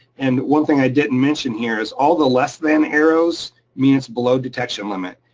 and one thing i didn't mention here is all the less than arrows means it's below detection limit.